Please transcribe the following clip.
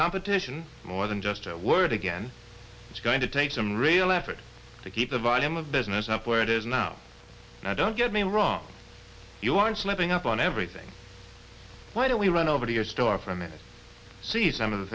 competition more than just a word again it's going to take some real effort to keep the volume of business up where it is now i don't get me wrong you want slipping up on everything why don't we run over to your store for a minute see some of the